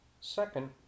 Second